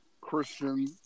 Christian